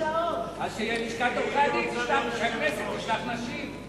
אז שלשכת עורכי-הדין תשלח, ושהכנסת תשלח נשים.